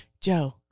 Joe